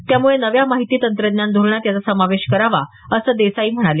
त्यामुळे नव्या माहिती तंत्रज्ञान धोरणात याचा समावेश करावा असं देसाई म्हणाले